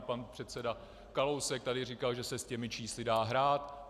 Pan předseda Kalousek tady říkal, že se s těmi čísly dá hrát.